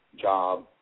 job